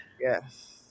yes